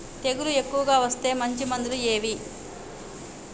తెగులు ఎక్కువగా వస్తే మంచి మందులు ఏవి?